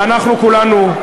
ואנחנו כולנו,